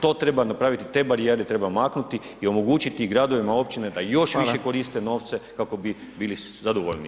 To treba napraviti, te barijere treba maknuti i omogućiti gradovima, općinama da još [[Upadica: Hvala.]] više koriste novce kako bi bili zadovoljniji.